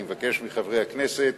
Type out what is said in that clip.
אני מבקש מחברי הכנסת